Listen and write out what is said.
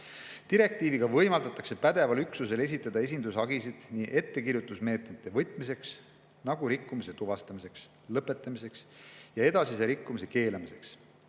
võimaldatakse pädeval üksusel esitada esindushagisid nii ettekirjutusmeetmete võtmiseks, nagu rikkumise tuvastamiseks, lõpetamiseks ja edasise rikkumise keelamiseks,